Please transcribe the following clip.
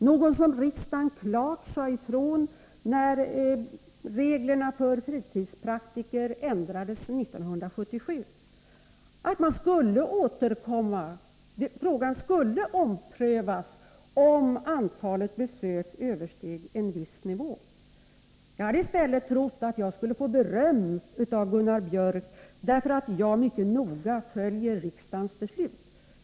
När reglerna för fritidspraktiker ändrades 1977 sade riksdagen klart ifrån att frågan skulle omprövas om antalet besök översteg en viss nivå. Jag hade trott att jag i stället skulle få beröm av Gunnar Biörck för att jag mycket noga följer riksdagens beslut.